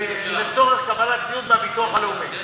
לצורך קבלת סיעוד מהביטוח הלאומי.